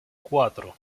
cuatro